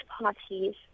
parties